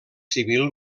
civil